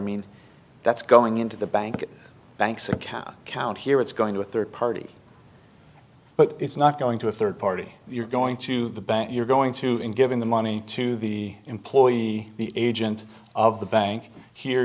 mean that's going into the bank bank's account account here it's going to a third party but it's not going to a third party you're going to the bank you're going to in giving the money to the employee the agent of the bank here